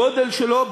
הגודל שלו,